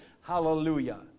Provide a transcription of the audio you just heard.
Hallelujah